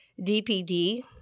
DPD